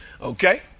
Okay